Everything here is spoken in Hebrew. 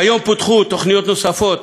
כיום פותחו תוכניות נוספות